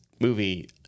movie